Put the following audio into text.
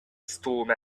storm